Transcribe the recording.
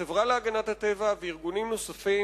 בתקופה הקרובה החברה להגנת הטבע וארגונים נוספים